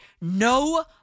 No